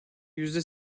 yüzde